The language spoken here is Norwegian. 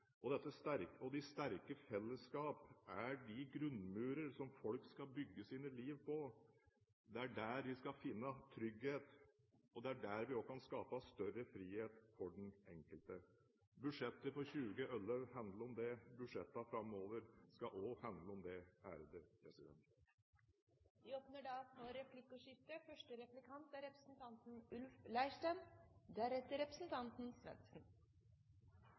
gjennom dette sterke fellesskapet, i samspill i det norske samfunnet, er ryggraden i den norske velferdsmodellen. De sterke fellesskap er de grunnmurer som folk skal bygge sine liv på, det er der de skal finne trygghet, og det er der vi også kan skape større frihet for den enkelte. Budsjettet for 2011 handler om det. Budsjettene framover skal også handle om det. Det blir replikkordskifte. Det er